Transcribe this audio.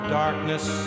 darkness